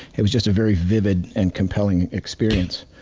it was just a very vivid and compelling experience.